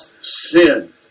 sin